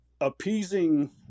appeasing